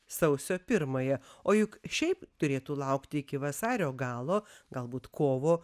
sausio pirmąją o juk šiaip turėtų laukti iki vasario galo galbūt kovo